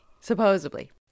Supposedly